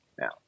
now